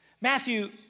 Matthew